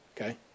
Okay